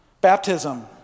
baptism